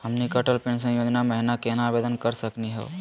हमनी के अटल पेंसन योजना महिना केना आवेदन करे सकनी हो?